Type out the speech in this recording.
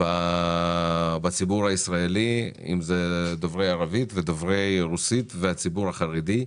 בציבור הישראלי דוברי ערבית ודוברי רוסית והציבור החרדי,